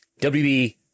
WB